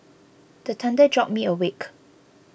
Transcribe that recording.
the thunder jolt me awake